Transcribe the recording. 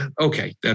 okay